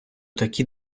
такі